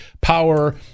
power